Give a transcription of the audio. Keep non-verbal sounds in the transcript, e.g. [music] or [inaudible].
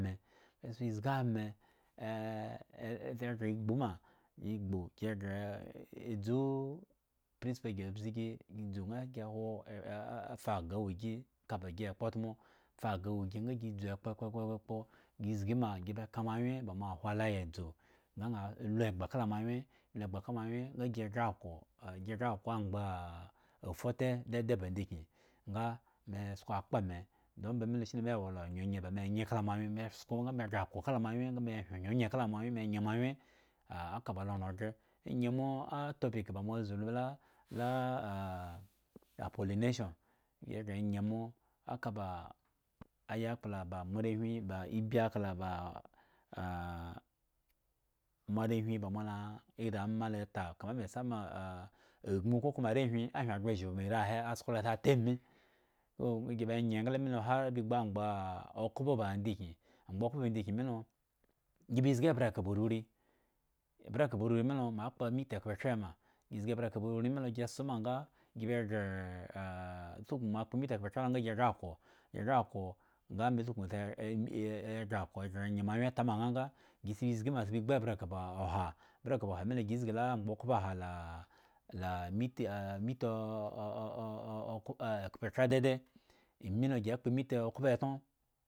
Me sa zai ame [hesitation] se gre gbuma igbu gi are edzu [hesitation] preecipal gi bzugi [unintelligible] aa faaga wu gi eka ba gi ye otmo fa aga wi gi nga gi dzu kpokpopo gizgi ma gi ba ka moamwye ba mo hwo line adzu nga aa la egba kada moawyen lu egba ka mounwyen nga gre ako gi gre ako angba a fote daidai ba bidgyin nga me sko akpa me dun ombami lo shiwe me wo la onyenye ba e nye kala mounwyen me ko lo nga me hre ako moayen nga me yyen onyenye kala moanuyen me nye moanwyen [hesitation] lo ka [hesitation] apolination gi gre nye mo aka baa ayakpla ba mo moarewhi ba ebi akla [hesitation] moarewhi ba mo laa ri a ma ala ta kama mai sama agmu kokuma arewhin ahyen agbor ezba me ri ahe sko lo sa taa mi so gi ba nye engla har ba gbu anbaa okpo ba ndigyin a hgba khpo ba ndigyin mi lo go ba zgi ebrreak ba riori abreak mi lo ma kpo imiti ekhpetra ama gi zgi ebreak mi lo gi soo ma nga gi gree [unintelligible] kpo imiti ekhpetra nga gi gre ako gi gre ako lo nga me sukun se e me gre gre e nye moan wye ta ma nganga gi si zgi ma si gbu ebreak ba oha break mi lo gi li zi ma angba okhpoha la la la imiti e miti e oooo okhpetra dadai imi lo si kpo imiti oklpo netno.